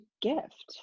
gift